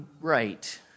right